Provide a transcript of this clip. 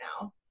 now